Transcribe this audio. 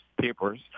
Papers